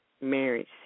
marriage